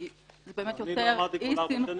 כי זה באמת יוצר אי-סנכרון --- אני לא אמרתי כל ארבע שנים,